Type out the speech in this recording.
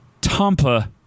Tampa